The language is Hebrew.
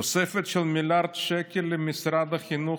תוספת של מיליארד שקל למשרד החינוך,